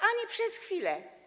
Ani przez chwilę.